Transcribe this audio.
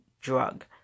drug